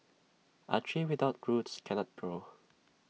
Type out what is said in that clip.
A tree without roots cannot grow